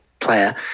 player